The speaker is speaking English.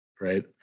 right